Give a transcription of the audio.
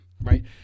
Right